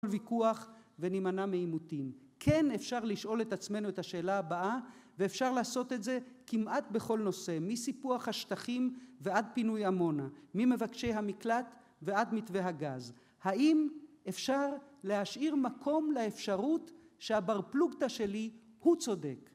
ויכוח ונימנע מעימותים. כן אפשר לשאול את עצמנו את השאלה הבאה, ואפשר לעשות את זה כמעט בכל נושא, מסיפוח השטחים ועד פינוי עמונה, ממבקשי המקלט ועד מתווה הגז. האם אפשר להשאיר מקום לאפשרות שהבר פלוגתא שלי, הוא צודק?